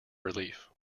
relief